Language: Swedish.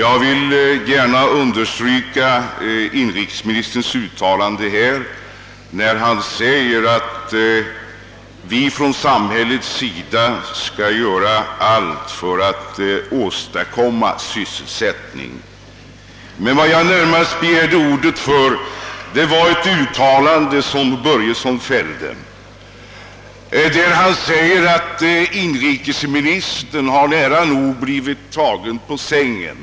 Jag vill också gärna understryka inrikesministerns uttalande att vi från samhällets sida skall göra allt för att åstadkomma sysselsättning. Jag begärde emellertid närmast ordet med anledning av ett yttrande som herr Börjesson i Falköping fällde, när han sade att inrikesministern har nära nog blivit tagen på sängen.